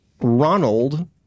Ronald